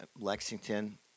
Lexington